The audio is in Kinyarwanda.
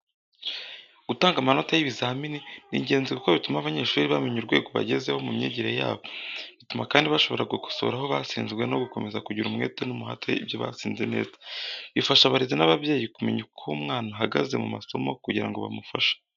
Gutangaza amanota y’ibizamini ni ingenzi kuko bituma abanyeshuri bamenya urwego bagezeho mu myigire yabo. Bituma kandi bashobora gukosora aho batsinzwe no gukomeza kugira umwete n’umuhate ibyo batsinze neza. Bifasha abarezi n’ababyeyi kumenya uko umwana ahagaze mu masomo kugira ngo bamufashe.